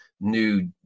new